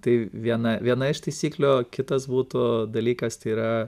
tai viena viena iš taisyklių o kitas būtų dalykas tai yra